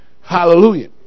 Hallelujah